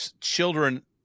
children